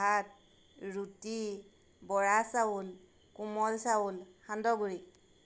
ভাত ৰুটি বৰা চাউল কোমল চাউল সান্দহগুড়ি